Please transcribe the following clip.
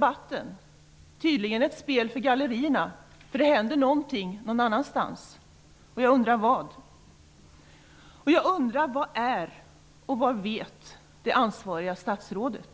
Det är tydligen ett spel för gallerierna. Det händer nämligen någonting någon annanstans. Jag undrar vad. Jag undrar också var det ansvarige statsrådet